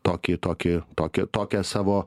tokį tokį tokią tokią savo